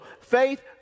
faith